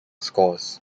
scores